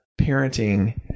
parenting